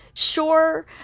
sure